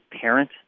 parent